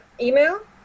email